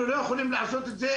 אנחנו לא יכולים את זה,